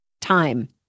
time